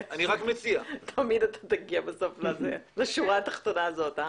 תמיד תגיד בסוף לשורה התחתונה הזאת...